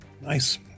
Nice